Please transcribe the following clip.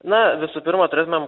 na visų pirma turėtumėm